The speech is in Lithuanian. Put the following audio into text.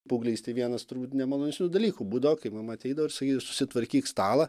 paauglystėj vienas turbūt nemalonesnių dalykų būdavo kai mama ateidavo ir sakydavo susitvarkyk stalą